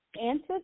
answer